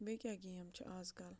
بیٚیہِ کیٛاہ گیم چھِ آزکَل